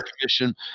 commission